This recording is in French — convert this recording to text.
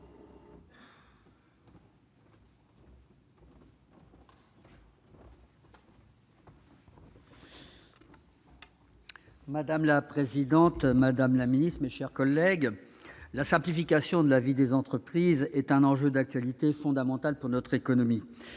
Madame la présidente, madame la secrétaire d'État, mes chers collègues, la simplification de la vie des entreprises est un enjeu d'actualité fondamental pour notre économie.